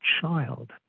child